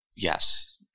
Yes